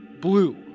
Blue